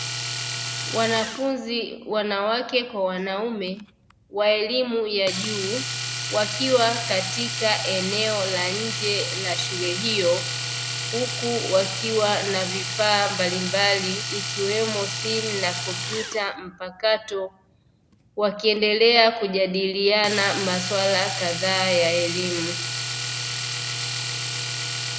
Wanafunzi wanawake kwa wanaume wa elimu ya juu wakiwa katika eneo la nje la shule hiyo, huku wakiwa na vifaa mbalimbali ikiwemo simu na kompyuta mpakato wakiendelea kujadiliana maswala kadhaa ya elimu.